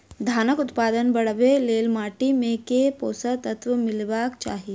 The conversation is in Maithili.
धानक उत्पादन बढ़ाबै लेल माटि मे केँ पोसक तत्व मिलेबाक चाहि?